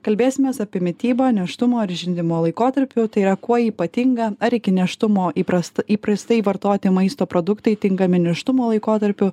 kalbėsimės apie mitybą nėštumo ir žindymo laikotarpiu tai yra kuo ji ypatinga ar iki nėštumo įprast įprastai vartoti maisto produktai tinkami nėštumo laikotarpiu